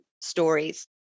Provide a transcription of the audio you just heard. stories